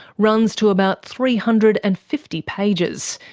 runs to about three hundred and fifty pages.